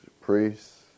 priests